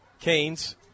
Canes